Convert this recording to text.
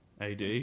AD